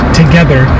together